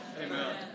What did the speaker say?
Amen